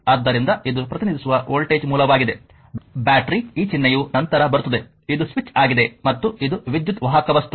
ಆದ್ದರಿಂದ ಇದು ಪ್ರತಿನಿಧಿಸುವ ವೋಲ್ಟೇಜ್ ಮೂಲವಾಗಿದೆ ಬ್ಯಾಟರಿ ಈ ಚಿಹ್ನೆಯು ನಂತರ ಬರುತ್ತದೆ ಇದು ಸ್ವಿಚ್ ಆಗಿದೆ ಮತ್ತು ಇದು ವಿದ್ಯುತ್ ವಾಹಕವಸ್ತು